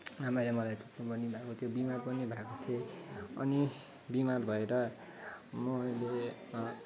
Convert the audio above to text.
आमाले मलाई चुट्नु पनि भएको थियो बिमार पनि भएको थिएँ अनि बिमार भएर मैले